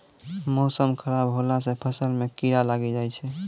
मौसम खराब हौला से फ़सल मे कीड़ा लागी जाय छै?